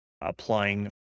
applying